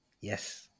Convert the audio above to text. Yes